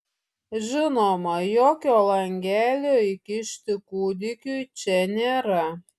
žinoma jokio langelio įkišti kūdikiui čia nėra